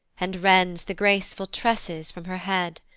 and rends the graceful tresses from her head,